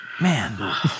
man